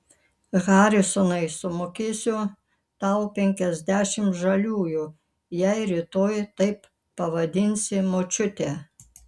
harisonai sumokėsiu tau penkiasdešimt žaliųjų jei rytoj taip pavadinsi močiutę